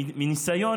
מניסיון,